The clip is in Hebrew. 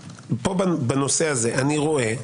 בנושא הזה אני רואה,